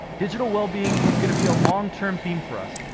digital wellbeing is going to be a long term theme for us,